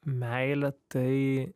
meilė tai